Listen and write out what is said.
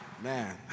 Man